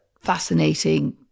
fascinating